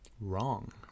Wrong